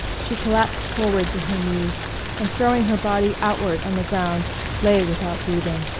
she collapsed forward to her knees and throwing her body outward on the ground lay without breathing.